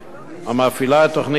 המפעילה את תוכנית היל"ה,